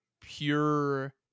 pure